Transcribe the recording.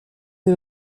est